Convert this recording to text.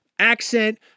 Accent